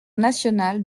national